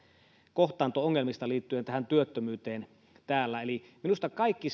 kohtaanto ongelmista liittyen tähän työttömyyteen minusta ovat kyllä tervetulleita kaikki